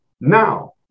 now